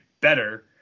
better